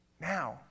Now